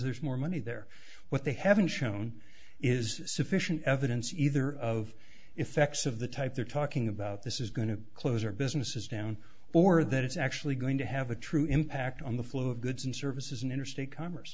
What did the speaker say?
there's more money there what they haven't shown is sufficient evidence either of effects of the type they're talking about this is going to close our businesses down or that it's actually going to have a true impact on the flow of goods and services in interstate co